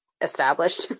established